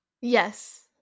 yes